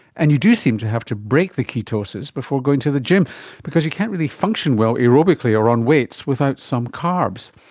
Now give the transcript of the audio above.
and you do seem to have to break the ketosis before going to the gym because you can't really function well aerobically or on weights without some carbs.